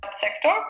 sector